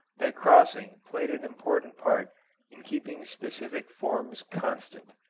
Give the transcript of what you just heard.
that crossing played an important part in keeping specific forms constant.